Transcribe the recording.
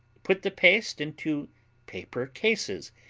put the paste into paper cases,